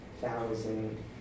thousand